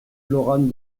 laurent